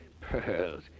Pearls